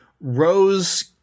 Rose